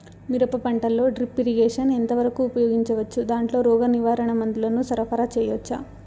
మిరప పంటలో drip irrigation ఎంత వరకు ఉపయోగించవచ్చు, దాంట్లో రోగ నివారణ మందుల ను సరఫరా చేయవచ్చా?